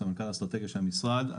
סמנכ"ל אסטרטגיה של המשרד,